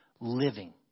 living